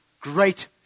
great